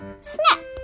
snap